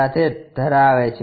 સાથે ધરાવે છે